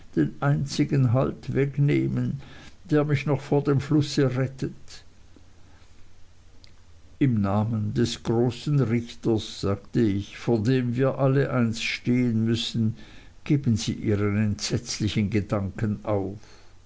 den einzigen halt wegnehmen der mich noch vor dem flusse rettet im namen des großen richters sagte ich vor dem wir alle einst stehen müssen geben sie ihren entsetzlichen gedanken auf